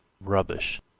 rubbish,